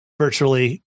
virtually